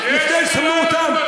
לפני ששמים אותם,